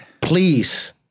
Please